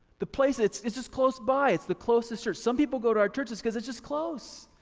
the place it's it's just close by, it's the closest church. some people go to our churches because it's just close.